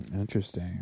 Interesting